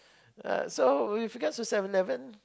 ya so when you get to Seven Eleven